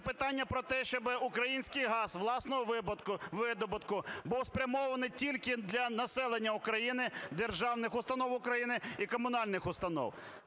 питання про те, щоб український газ, власного видобутку був спрямований тільки для населення України, державних установ України і комунальних установ.